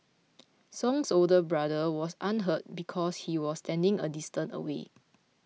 Song's older brother was unhurt because he was standing a distance away